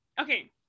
Okay